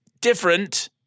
different